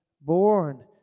born